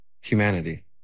humanity